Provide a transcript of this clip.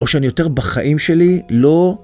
או שאני יותר בחיים שלי, לא.